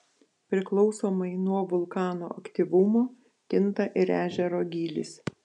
priklausomai nuo vulkano aktyvumo kinta ir ežero gylis